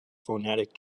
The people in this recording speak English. phonetic